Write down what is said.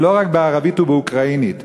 ולא רק בערבית ובאוקראינית.